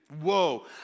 Whoa